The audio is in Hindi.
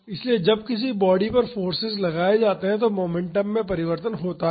इसलिए जब किसी बॉडी पर फोर्सेज लगाए जाते हैं तो मोमेंटम में परिवर्तन होता है